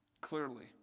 clearly